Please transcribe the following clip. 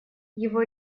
его